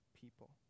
people